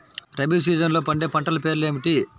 రబీ సీజన్లో పండే పంటల పేర్లు ఏమిటి?